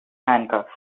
handcuffs